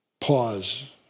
pause